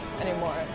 anymore